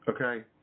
Okay